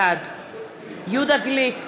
בעד יהודה גליק,